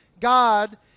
God